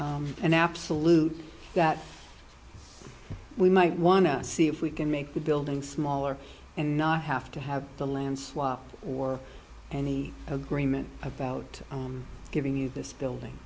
a an absolute that we might want to see if we can make the building smaller and not have to have the land swap or any agreement about giving you this building